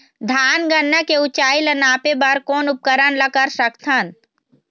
धान गन्ना के ऊंचाई ला नापे बर कोन उपकरण ला कर सकथन?